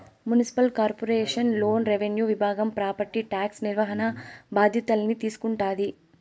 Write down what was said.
municipal corporation లోన revenue విభాగం property tax నిర్వహణ బాధ్యతల్ని తీసుకుంటాది